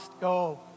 go